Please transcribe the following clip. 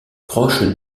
proches